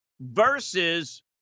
versus